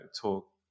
talk